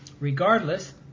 Regardless